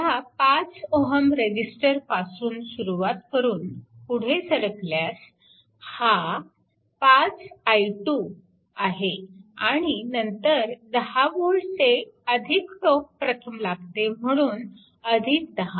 ह्या 5 Ω रेजिस्टरपासून सुरुवात करून पुढे सरकल्यास हा 5 i2 आहे आणि नंतर 10V चे टोक प्रथम लागते म्हणून 10